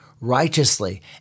righteously